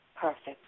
perfect